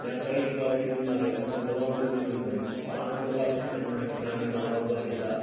या काई जेका वॾी बीमारी आहे उनमें दवाऊं ॻोल्हिड़ियूं आहिनि भाई पाण बि दवा ॾिसी सघंदा आहियूं भाई फलाणी दवा उहा जेका